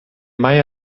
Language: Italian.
mai